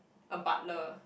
a butler